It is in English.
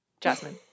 Jasmine